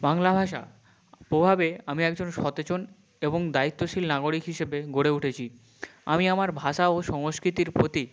বাংলা ভাষা প্রভাবে আমি একজন সচেতন এবং দায়িত্বশীল নাগরিক হিসেবে গড়ে উঠেছি আমি আমার ভাষা ও সংস্কৃতির প্রতি